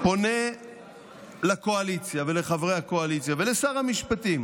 פונה היום לקואליציה ולחברי הקואליציה ולשר המשפטים.